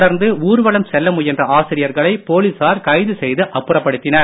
தொடர்ந்து ஊர்வலம்செல்ல முயன்ற ஆசிரியர்களை போலீசார் கைது செய்து அப்புறப்படுத்தினர்